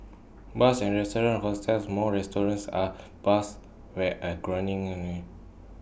bars and restaurants hotels more restaurants are bars here are growing their own